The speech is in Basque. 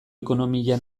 ekonomia